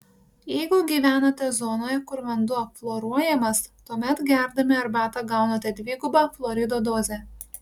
jeigu gyvenate zonoje kur vanduo fluoruojamas tuomet gerdami arbatą gaunate dvigubą fluorido dozę